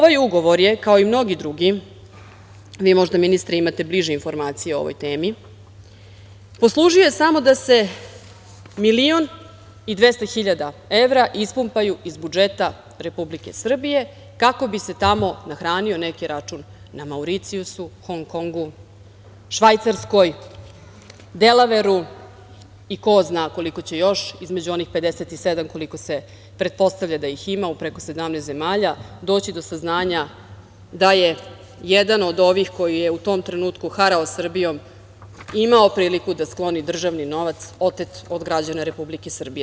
Dakle, ovaj ugovor je, kao i mnogi drugi, možda, vi ministre, imate bliže informacije o ovoj temi, poslužio je samo da se 1.200.000 evra ispumpaju iz budžeta Republike Srbije, kako bi se tamo nahranio neki račun na Mauricijusu, Hong Kongu, Švajcarskoj, Delaveru i ko zna koliko će još, između onih 57, koliko se pretpostavlja da ih ima u preko 17 zemalja, doći do saznanja da je jedan od ovih koji je u tom trenutku harao Srbijom imao priliku da skloni državni novac otet od građana Republike Srbije.